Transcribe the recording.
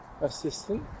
assistant